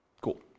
Cool